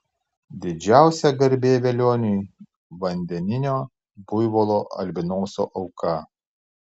didžiausia garbė velioniui vandeninio buivolo albinoso auka